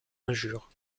injure